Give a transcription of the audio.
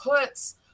puts